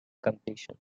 completion